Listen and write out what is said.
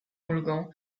ulgą